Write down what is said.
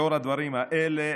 לאור הדברים האלה,